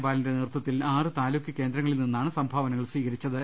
ബാലന്റെ നേതൃത്വത്തിൽ ആറ് താലൂക്ക് കേന്ദ്രങ്ങളിൽ നിന്നാണ് സംഭാവനക്ൾ സ്വീകരിച്ചത്